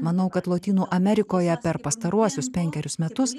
manau kad lotynų amerikoje per pastaruosius penkerius metus